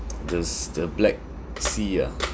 the the black sea ah